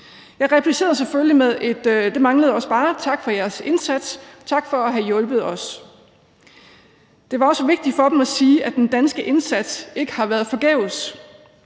Jeg replicerede selvfølgelig med: Det manglede også bare, og tak for jeres indsats, og tak for at have hjulpet os. Det var også vigtigt for dem at sige, at den danske indsats ikke har været forgæves.